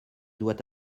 doit